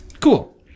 Cool